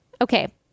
Okay